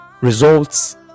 results